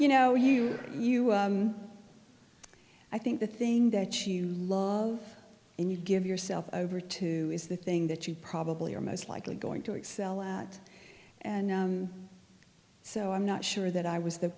you know you you i think the thing that you love and you give yourself over to is the thing that you probably are most likely going to excel at and so i'm not sure that i was the